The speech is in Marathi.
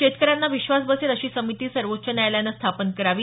शेतकऱ्यांना विश्वास बसेल अशी समिती सर्वोच्च न्यायालयाने स्थापन करावी